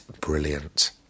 brilliant